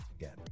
again